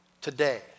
today